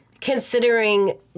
considering